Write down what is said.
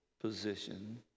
position